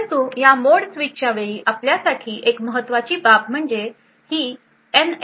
परंतु या मोड स्विचच्या वेळी आपल्यासाठी एक महत्वाची बाब म्हणजे ही एन